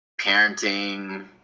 parenting